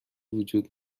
وجود